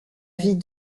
vie